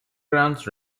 grounds